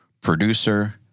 producer